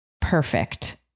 perfect